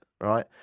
right